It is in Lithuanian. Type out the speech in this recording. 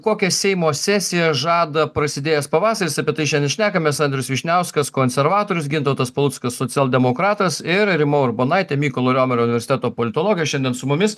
kokią seimo sesiją žada prasidėjęs pavasaris apie tai šiandien ir šnekamės andrius vyšniauskas konservatorius gintautas paluckas socialdemokratas ir rima urbonaitė mykolo riomerio universiteto politologė šiandien su mumis